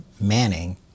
Manning